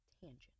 tangent